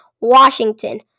Washington